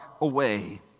away